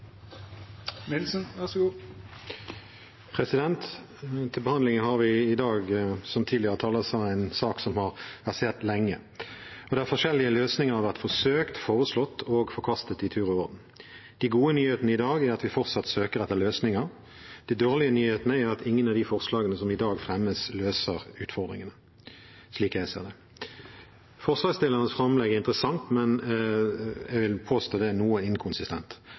sa, en sak som har versert lenge, og der forskjellige løsninger har vært forsøkt, foreslått og forkastet i tur og orden. De gode nyhetene i dag er at vi fortsatt søker etter løsninger. De dårlige nyhetene er at ingen av de forslagene som i dag fremmes, løser utfordringene, slik jeg ser det. Forslagsstillernes framlegg er interessant, men jeg vil påstå at det er noe inkonsistent.